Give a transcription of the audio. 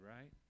right